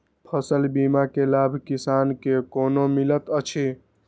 फसल बीमा के लाभ किसान के कोना मिलेत अछि?